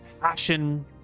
passion